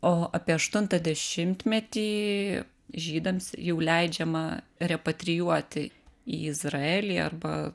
o apie aštuntą dešimtmetį žydams jau leidžiama repatrijuoti į izraelį arba